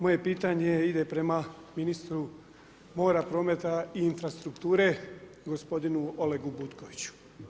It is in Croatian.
Moje pitanje ide prema ministru mora, prometa i infrastrukture gospodinu Olegu Butkoviću.